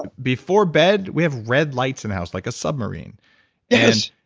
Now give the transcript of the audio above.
before bed, we have red lights in the house, like a submarine yes.